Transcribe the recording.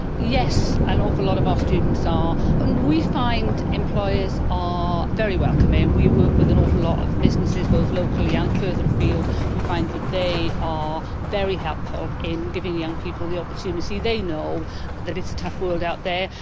yes, an awful lot of our students are, and we find employers are very welcoming. and we work with an awful lot of businesses, both locally and further afield, and we find that they are very helpful in giving young people the opportunity. they know that it's a tough world out there.